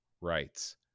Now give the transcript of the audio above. writes